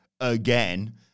again